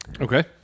Okay